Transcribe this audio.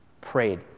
prayed